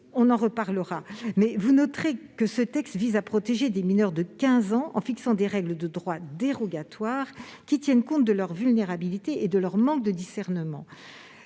nous reparlerons. Vous noterez néanmoins que ce texte vise à protéger les mineurs de 15 ans en fixant des règles de droit dérogatoires qui tiennent compte de leur vulnérabilité et de leur manque de discernement.